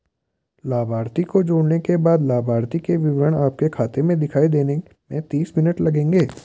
लाभार्थी को जोड़ने के बाद लाभार्थी के विवरण आपके खाते में दिखाई देने में तीस मिनट लगेंगे